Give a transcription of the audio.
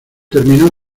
terminó